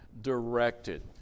directed